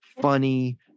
funny